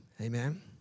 Amen